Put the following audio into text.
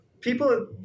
people